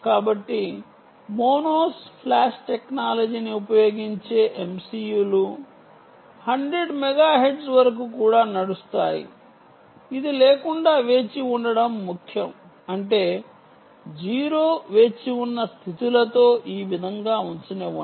కాబట్టి MONOS flash టెక్నాలజీని ఉపయోగించే MCU లు 100 మెగాహెర్ట్జ్ వరకు కూడా నడుస్తాయి ఇది లేకుండా వేచి ఉండటం ముఖ్యం అంటే 0 వేచి ఉన్న స్థితులతో ఈ విధంగా ఉంచనివ్వండి